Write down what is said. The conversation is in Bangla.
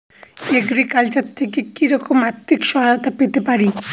এগ্রিকালচার থেকে কি রকম আর্থিক সহায়তা পেতে পারি?